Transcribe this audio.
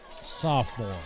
sophomore